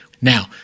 Now